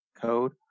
code